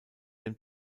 dem